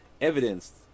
evidenced